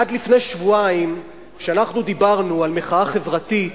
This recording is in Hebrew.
עד לפני שבועיים, כשאנחנו דיברנו על מחאה חברתית